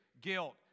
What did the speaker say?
guilt